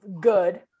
good